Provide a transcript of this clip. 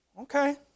Okay